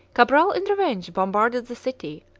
cabral in revenge bombarded the city,